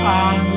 on